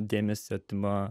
dėmesio atima